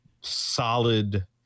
Solid